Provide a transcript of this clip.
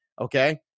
Okay